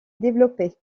développés